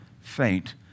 faint